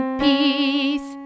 peace